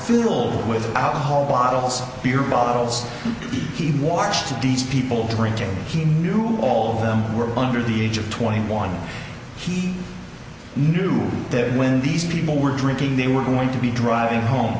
filled with alcohol bottles beer bottles he watched these people drinking he knew all of them were under the age of twenty one he knew that when these people were drinking they were going to be driving home